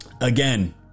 again